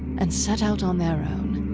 and set out on their own.